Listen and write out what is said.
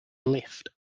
lift